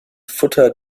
futter